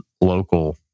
local